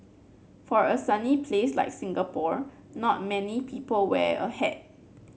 for a sunny place like Singapore not many people wear a hat